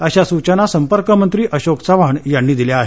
अशा सुचना संपर्क मंत्री अशोक चव्हाण यांनी दिल्या आहेत